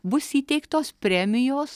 bus įteiktos premijos